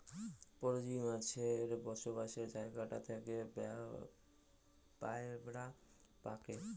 পরজীব মাছের বসবাসের জাগাটা থাকে বায়রা পাকে